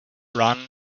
run